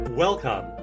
Welcome